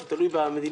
זה תלוי במדיניות,